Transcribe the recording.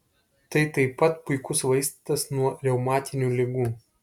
tai taip pat puikus vaistas nuo reumatinių ligų